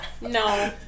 no